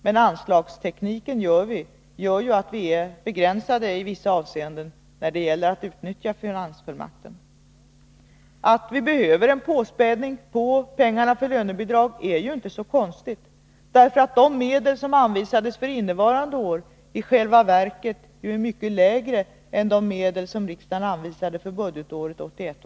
Men anslagstekniken gör ju att regeringen har begränsade möjligheter i vissa avseenden när det gäller att utnyttja finansfullmakten. Att vi behöver en påspädning av pengarna till lönebidrag är inte så konstigt, därför att det belopp som anvisades för innevarande år i själva verket är mycket lägre än det som riksdagen anvisade för budgetåret 1981/82.